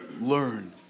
Learn